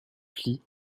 plis